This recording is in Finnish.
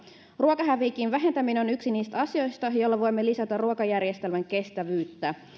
ruokahävikin vähentäminen on yksi niistä asioista joilla voimme lisätä ruokajärjestelmän kestävyyttä